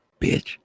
bitch